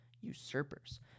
usurpers